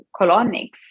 colonics